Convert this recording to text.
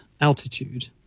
altitude